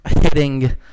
hitting